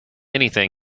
anything